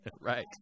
Right